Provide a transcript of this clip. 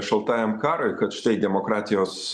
šaltajam karui kad štai demokratijos